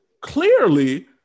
clearly